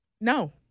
No